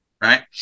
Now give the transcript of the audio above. right